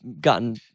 gotten